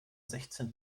sechzehn